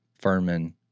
Furman